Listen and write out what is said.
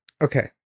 Okay